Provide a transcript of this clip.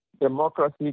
democracy